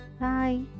bye